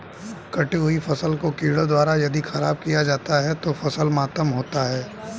कटी हुयी फसल को कीड़ों द्वारा यदि ख़राब किया जाता है तो फसल मातम होता है